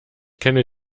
kenne